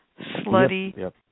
slutty